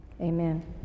Amen